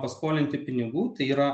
paskolinti pinigų tai yra